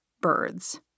birds